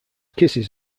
kisses